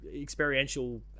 experiential